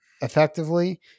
effectively